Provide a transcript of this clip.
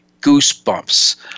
goosebumps